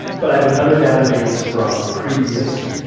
but i have another database from previous